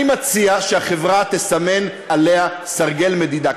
אני מציע שהחברה תסמן עליה סרגל מדידה,